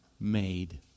made